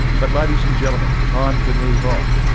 but ladies and gentlemen time to move on,